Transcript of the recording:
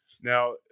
Now